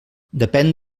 depèn